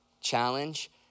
challenge